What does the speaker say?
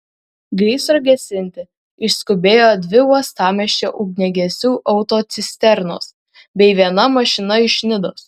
gaisro gesinti išskubėjo dvi uostamiesčio ugniagesių autocisternos bei viena mašina iš nidos